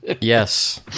yes